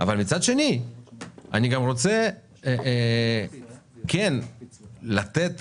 אבל מצד שני אני גם רוצה כן לתת